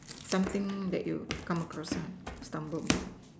something that you come across ah stumbled